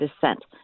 descent